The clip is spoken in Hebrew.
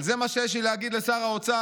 אז על זה מה שיש לי להגיד לשר האוצר: